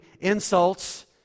insults